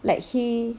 like he